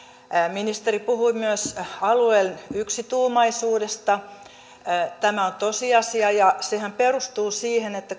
ministeri puhui myös alueen yksituumaisuudesta tämä on tosiasia ja sehän perustuu siihen että